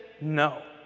no